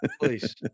Please